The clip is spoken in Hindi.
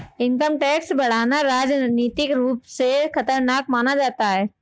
इनकम टैक्स बढ़ाना राजनीतिक रूप से खतरनाक माना जाता है